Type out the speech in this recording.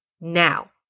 now